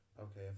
okay